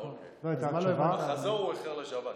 אוקיי, בחזור הוא איחר לשבת.